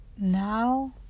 now